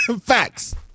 Facts